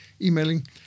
emailing